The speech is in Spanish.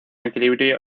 equilibrio